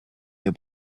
your